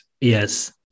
Yes